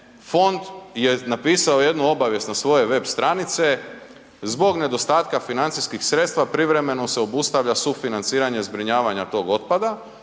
fond je napisao jednu obavijest na svoje web stranice, zbog nedostatka financijskih sredstava privremeno se obustavlja sufinanciranje zbrinjavanje tog otpada